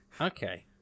Okay